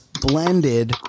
blended